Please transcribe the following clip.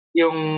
yung